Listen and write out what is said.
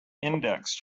index